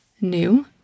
new